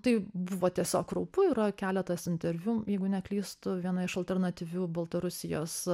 tai buvo tiesiog kraupu yra keletas interviu jeigu neklystu viena iš alternatyvių baltarusijos